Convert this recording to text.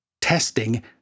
testing